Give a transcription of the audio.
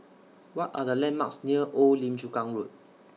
What Are The landmarks near Old Lim Chu Kang Road